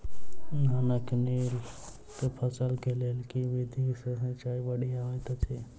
धानक नीक फसल केँ लेल केँ विधि सँ सिंचाई बढ़िया होइत अछि?